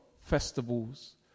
festivals